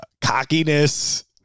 cockiness